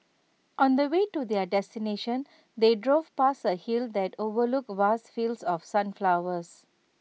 on the way to their destination they drove past A hill that overlooked vast fields of sunflowers